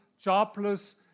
jobless